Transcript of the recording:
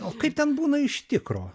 o kaip ten būna iš tikro